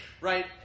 right